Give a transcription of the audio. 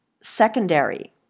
secondary